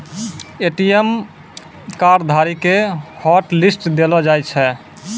ATM card धारी के hotlist देलो जाय छै